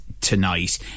tonight